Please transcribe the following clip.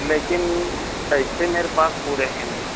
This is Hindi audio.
लेकिन पैसे मेरे पास पूरे हैं नहीं